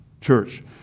Church